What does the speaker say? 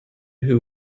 who